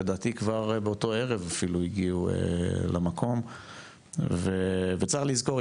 לדעתי כבר באותו ערב הגיעו למקום וצריך לזכור,